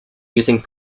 using